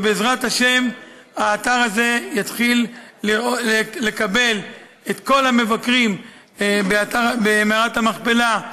ובעזרת השם האתר הזה יתחיל לקבל את כל המבקרים במערת המכפלה,